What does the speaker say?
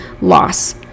loss